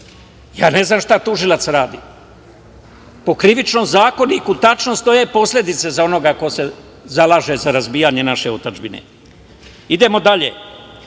Ja ne znam šta tužilac radi? Po krivičnom zakoniku, tačno stoje posledice za onoga ko se zalaže za razbijanje naše otadžbine. Idemo dalje.